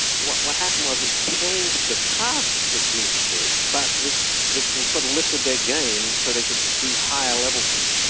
what what happened was it changed the task that humans did but it it sort of lifted their game so they could do higher level things.